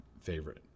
favorite